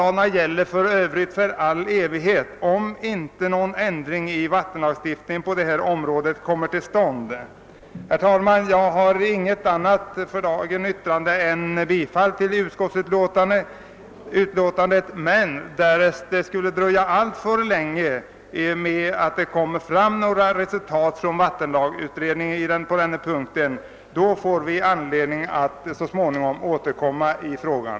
Dessa avtal gäller för övrigt för all framtid om inte någon ändring i vattenlagstiftningen på detta område kommer till stånd. Herr talman! Jag har för dagen inget annat yrkande än bifall till utskottets förslag, men därest resultat från vatten lagsutredningens arbete på denna punkt skulle dröja alltför länge, finns det anledning att återkomma i frågan.